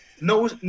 no